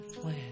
plan